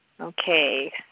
Okay